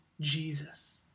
Jesus